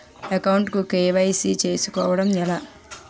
Account కు KYC చేసుకోవడం ఎలా?